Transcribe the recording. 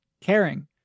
caring